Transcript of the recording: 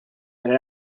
had